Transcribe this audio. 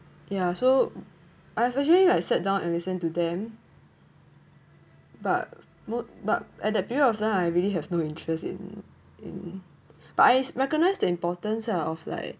ya so I especially like sit down and listen to them but most but at that period of time I really have no interest in in but I've recognised the importance ah of like